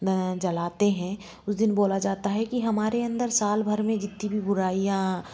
जलाते हैं उस दिन बोला जाता है कि हमारे अंदर साल भर में जितनी भी बुराइयां